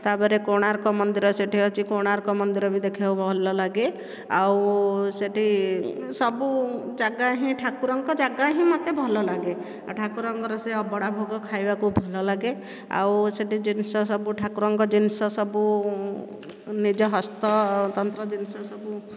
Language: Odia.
ତାପରେ କୋଣାର୍କ ମନ୍ଦିର ସେଇଠି ଅଛି କୋଣାର୍କ ମନ୍ଦିର ଭି ଦେଖିବାକୁ ଭଲ ଲାଗେ ଆଉ ସେଇଠି ସବୁ ଜାଗା ହିଁ ଠାକୁରଙ୍କ ଜାଗା ହିଁ ମୋତେ ଭଲ ଲାଗେ ଆଉ ଠାକୁରଙ୍କ ସେ ଅଭଡ଼ା ଭୋଗ ଖାଇବାକୁ ଭଲ ଲାଗେ ଆଉ ସେଇଠି ଜିନିଷ ସବୁ ଠାକୁରଙ୍କ ଜିନିଷ ସବୁ ନିଜ ହସ୍ତତନ୍ତ ଜିନିଷ ସବୁ